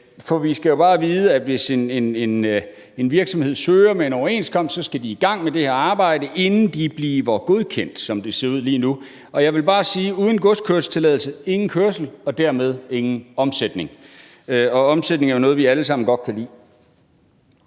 Vi skal jo bare vide, at hvis en virksomhed søger med en overenskomst, skal de i gang med det her arbejde, inden de bliver godkendt, som det ser ud lige nu. Jeg vil bare sige, at uden godskørselstilladelse, ingen kørsel – og dermed ingen omsætning. Og omsætning er jo noget, vi alle sammen godt kan lide.